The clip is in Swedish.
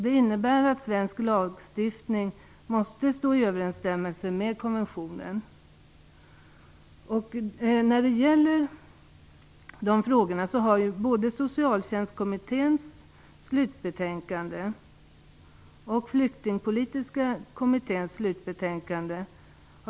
Det innebär att svensk lagstiftning måste stå i överensstämmelse med konventionen. När det gäller de frågorna har barnkonventionen och utlänningslagen behandlats i både Socialtjänstkommitténs och Flyktingpolitiska kommitténs slutbetänkande.